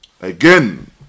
Again